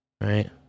right